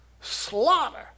slaughter